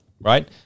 right